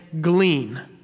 glean